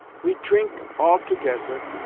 we trink altogezer,